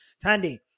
Tandy